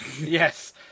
Yes